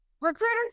recruiters